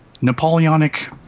Napoleonic